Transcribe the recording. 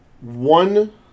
One